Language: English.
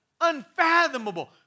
unfathomable